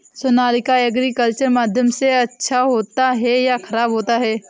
Sonalika agriculture माध्यम से अच्छा होता है या ख़राब होता है?